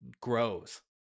grows